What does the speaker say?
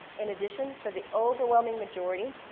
in addition, for the overwhelming majority,